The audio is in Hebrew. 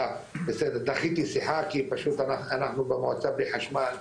דחיתי שיחה כי אנחנו פשוט במועצה בלי חשמל,